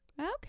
Okay